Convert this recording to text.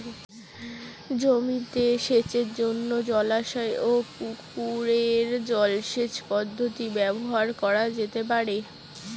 জমিতে সেচের জন্য জলাশয় ও পুকুরের জল সেচ পদ্ধতি ব্যবহার করা যেতে পারে?